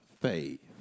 faith